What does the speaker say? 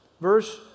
verse